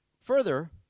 Further